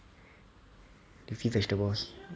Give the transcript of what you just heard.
leafy vegetables